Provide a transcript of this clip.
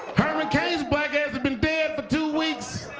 herman cain's black ass has been dead for two weeks.